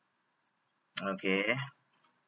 okay